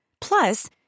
Plus